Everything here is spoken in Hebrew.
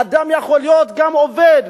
אדם יכול להיות עובד,